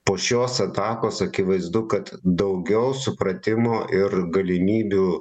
po šios atakos akivaizdu kad daugiau supratimo ir galimybių